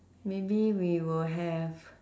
maybe we will have